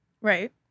Right